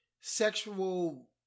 sexual